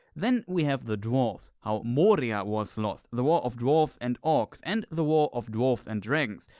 then we have the dwarves. how moria was lost, the war of dwarves and orcs and the war of dwarves and dragons.